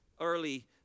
early